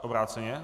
Obráceně?